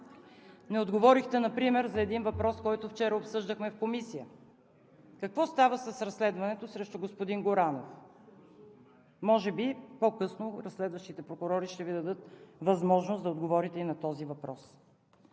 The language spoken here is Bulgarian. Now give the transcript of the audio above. Не отговорихте например на един въпрос, който вчера обсъждахме в комисия: какво става с разследването срещу господин Горанов? Може би по-късно разследващите прокурори ще Ви дадат да отговорите и на този въпрос.